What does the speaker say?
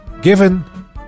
given